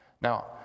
Now